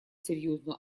серьезную